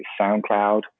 SoundCloud